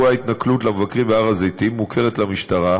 אירועי ההתנכלות למבקרים בהר-הזיתים מוכרים למשטרה,